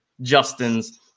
Justin's